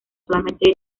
solamente